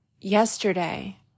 yesterday